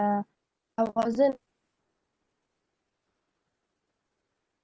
uh I wasn't